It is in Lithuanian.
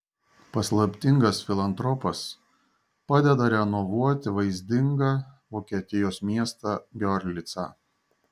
paslaptingas filantropas padeda renovuoti vaizdingą vokietijos miestą giorlicą